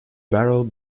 barrel